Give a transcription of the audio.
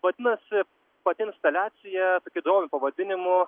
vadinasi pati instaliacija tokiu įdomiu pavadinimu